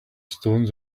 stones